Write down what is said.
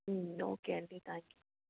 okay అండి thank you